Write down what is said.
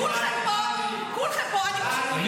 כולכם פה, כולכם פה --- טלי,